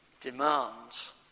demands